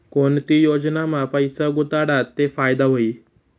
कोणती योजनामा पैसा गुताडात ते फायदा व्हई?